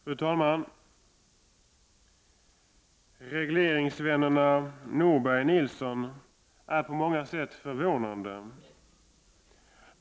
Fru talman! Regleringsvännerna Norberg — Nilson är på många sätt förvånande.